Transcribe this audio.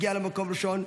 הגיע למקום הראשון,